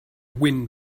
wind